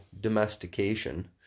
domestication